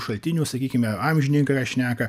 šaltinių sakykime amžininkai ką šneka